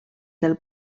del